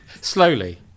Slowly